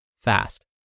fast